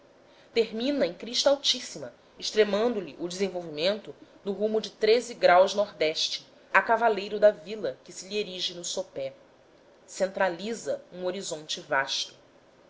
termina em crista altíssima extremando lhe o desenvolvimento no rumo degraus nordeste a cavaleiro da vila que se lhe erige no sopé centraliza um horizonte vasto